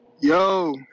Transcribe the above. Yo